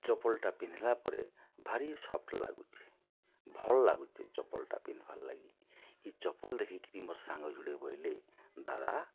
ଚପଲଟା ପିନ୍ଧଲା ପରେ ଭାରି ସଫ୍ଟ ଲାଗୁଛେ ଭଲ୍ ଲାଗୁଛେ ଚପଲଟା ପିନ୍ଧିବାର ଲାଗି ଇ ଚପଲ ଦେଖିକିରି ମୋର୍ ସାଙ୍ଗ ଯୁଡ଼େ ବୋଇଲେ ଦାଦା